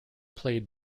played